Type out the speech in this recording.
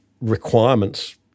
requirements